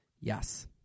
Yes